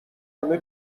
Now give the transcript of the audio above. همه